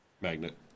magnet